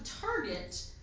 Target